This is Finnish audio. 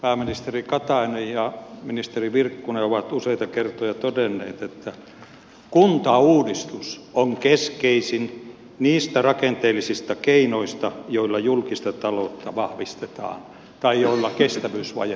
pääministeri katainen ja ministeri virkkunen ovat useita kertoja todenneet että kuntauudistus on keskeisin niistä rakenteellisista keinoista joilla julkista taloutta vahvistetaan tai joilla kestävyysvajetta korjataan